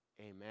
Amen